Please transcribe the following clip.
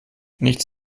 nichts